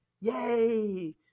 yay